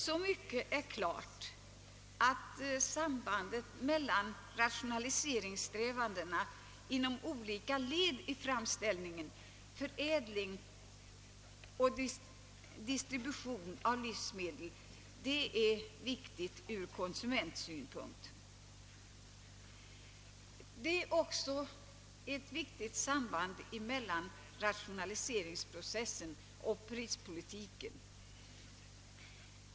Så mycket är klart att sambandet mellan rationaliseringssträvandena inom olika led av framställning, förädling och distribution av livsmedel är viktigt ur konsumentsynpunkt. Det finns också ett viktigt samband mellan rationaliseringsprocessen och prispolitiken.